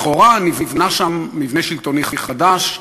לכאורה נבנה שם מבנה שלטוני חדש,